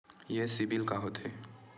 ये सीबिल का होथे?